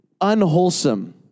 unwholesome